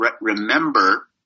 remember